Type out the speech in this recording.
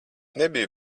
nebiju